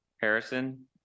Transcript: Harrison